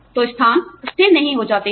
तो स्थान स्थिर नहीं हो जाते हैं